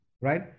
right